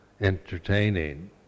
entertaining